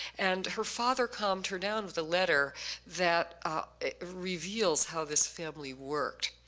and her father calmed her down with a letter that reveals how this family worked.